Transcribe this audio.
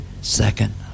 second